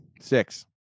six